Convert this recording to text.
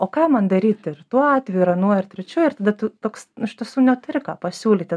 o ką man daryt ir tuo atveju ir anuo ir trečiu ir tada tu toks nu iš tiesų neturi ką pasiūlyti